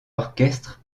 orchestre